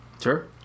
Sure